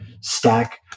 stack